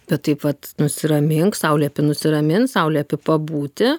bet taip vat nusiramink sau liepi nusiramint sau liep pabūti